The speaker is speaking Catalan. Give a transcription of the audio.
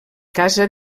casa